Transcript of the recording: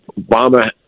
Obama